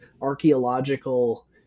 archaeological